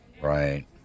Right